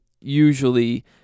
Usually